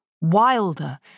wilder